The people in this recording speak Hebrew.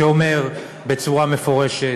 שאומר בצורה מפורשת,